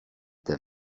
them